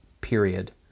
period